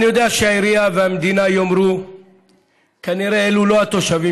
אני יודע שבעירייה יאמרו שכנראה אלו לא התושבים